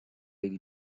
lady